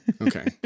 Okay